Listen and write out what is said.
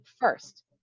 first